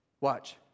Watch